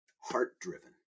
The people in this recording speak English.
heart-driven